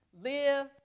live